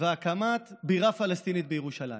ולהקמת בירה פלסטינית בירושלים.